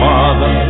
Father